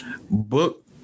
Book